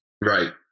Right